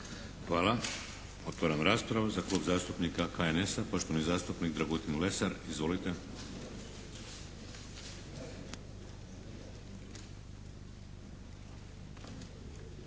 Hvala. Otvaram raspravu. Za Klub zastupnika HNS-a, poštovani zastupnik Dragutin Lesar. Izvolite.